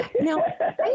Now